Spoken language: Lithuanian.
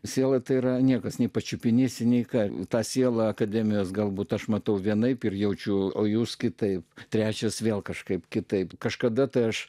siela tai yra niekas nei pačiupinėsi nei ką tą sielą akademijos galbūt aš matau vienaip ir jaučiu o jūs kitaip trečias vėl kažkaip kitaip kažkada tai aš